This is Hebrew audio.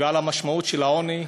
ועל משמעות העוני.